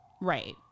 Right